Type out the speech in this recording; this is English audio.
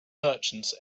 merchants